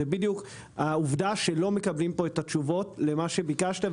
זה העובדה שלא מקבלים תשובות למה שביקשת,